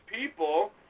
people